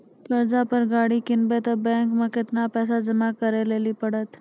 कर्जा पर गाड़ी किनबै तऽ बैंक मे केतना पैसा जमा करे लेली पड़त?